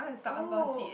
oh